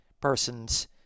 persons